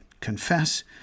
confess